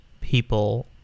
people